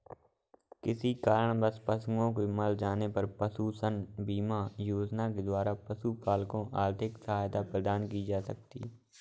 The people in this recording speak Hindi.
किसी कारणवश पशुओं के मर जाने पर पशुधन बीमा योजना के द्वारा पशुपालकों को आर्थिक सहायता प्रदान की जाती है